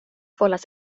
volas